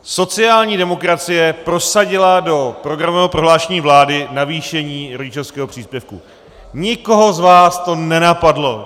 Sociální demokracie prosadila do programového prohlášení vlády navýšení rodičovského příspěvku, nikoho z vás to nenapadlo.